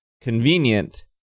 convenient